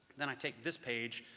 then i take this page,